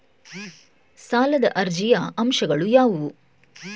ಸಾಲದ ಅರ್ಜಿಯ ಅಂಶಗಳು ಯಾವುವು?